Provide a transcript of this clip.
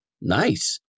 Nice